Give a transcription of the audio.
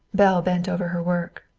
belle bent over her work.